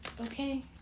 Okay